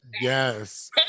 Yes